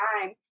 time